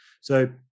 So-